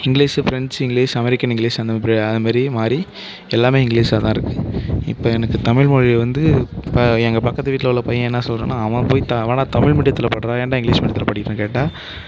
English French English American English அந்தமாரி அந்தமாதிரி மாறி எல்லாமே இங்கிலீஷ்ஷாக தான் இருக்குது இப்போ எனக்கு தமிழ் மொழி வந்து இப்போ எங்கள் பக்கத்து வீட்டில் உள்ள பையன் என்ன சொல்கிறான்னா அவன் போய் அவனை தமிழ் மீடியத்தில் படிகிறா ஏன்டா இங்கிலீஷ் மீடியத்தில் படிக்கிறேன்னு கேட்டால்